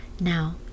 Now